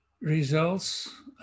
results